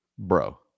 bro